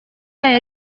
yayo